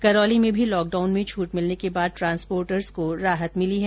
करौली में मी लॉकडाउन में छूट मिलने के बाद ट्रांसपोर्टर्स को राहत मिली हैं